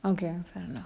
okay lah fair enough